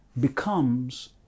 becomes